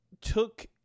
took